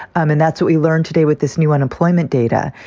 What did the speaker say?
and that's what we learned today with this new unemployment data.